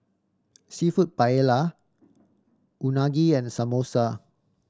Seafood Paella Unagi and Samosa